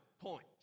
point